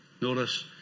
Notice